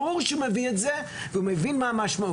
ברור שהוא מביא את זה והוא מבין מה המשמעות,